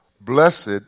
Blessed